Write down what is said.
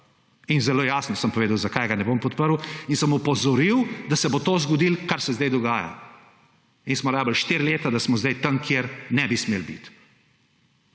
sem zelo jasno povedal, zakaj ga ne bom podprl, in sem opozoril, da se bo zgodilo to, kar se zdaj dogaja. Porabili smo štiri leta, da smo zdaj tam, kjer ne bi smeli biti.